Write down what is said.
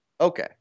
Okay